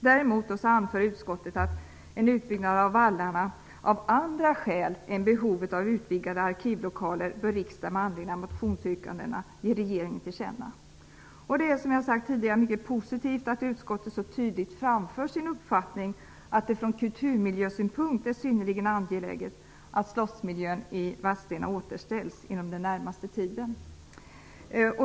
Däremot anför utskottet att riksdagen med anledning av motionerna skall ge regeringen till känna, att det är nödvändigt med en utbyggnad av vallarna av andra skäl än behovet av utvidgade arkivlokaler. Det är, som jag sagt tidigare, mycket positivt att utskottet så tydligt framför sin uppfattning att det från kulturmiljösynpunkt är synnerligen angeläget att slottsmiljön i Vadstena återställs inom den närmaste tiden.